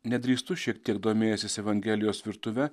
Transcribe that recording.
nedrįstu šiek tiek domėjęsis evangelijos virtuve